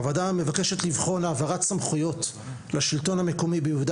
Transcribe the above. הוועדה מבקשת לבחון העברת סמכויות לשלטון המקומי ביהודה